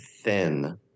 thin